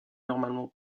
normalement